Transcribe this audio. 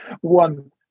one